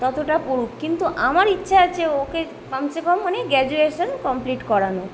ততটা পড়ুক কিন্তু আমার ইচ্ছে আছে ওকে কম সে কম মানে গ্যাজুয়েশন কমপ্লিট করানোর